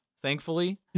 thankfully